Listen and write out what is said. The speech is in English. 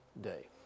Day